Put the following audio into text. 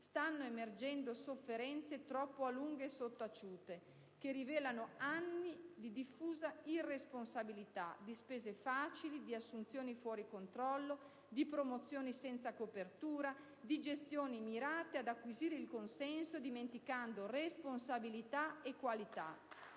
stanno emergendo sofferenze troppo a lungo sottaciute che rivelano anni di diffusa irresponsabilità, di spese facili, di assunzioni fuori controllo, di promozioni senza copertura, di gestioni mirate ad acquisire il consenso dimenticando responsabilità e qualità.